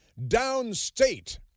Downstate